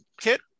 Kit